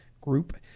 Group